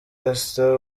esther